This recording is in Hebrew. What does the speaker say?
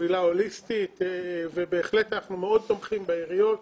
חבילה הוליסטית ובהחלט אנחנו מאוד תומכים בעיריות.